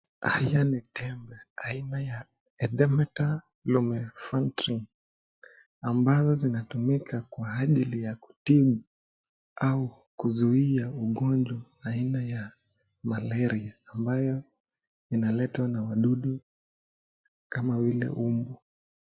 Haya ni tembe aina ya ( Demeter lumefaltrine) .Ambazo zinatumika kwa ajili ya kutibu au kuzuia magojwa aina ya Malaria ambayo inaletwa na madudu kam vile umbu.